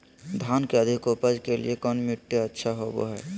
धान के अधिक उपज के लिऐ कौन मट्टी अच्छा होबो है?